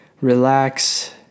Relax